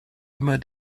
immer